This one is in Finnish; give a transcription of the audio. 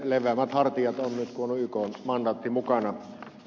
leveämmät hartiat on nyt kun on ykn mandaatti mukana